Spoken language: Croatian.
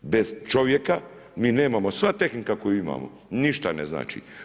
Bez čovjeka, mi nemamo, sva tehnika, koju imamo ništa ne znači.